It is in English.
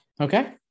Okay